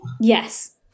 Yes